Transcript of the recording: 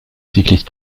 cycliste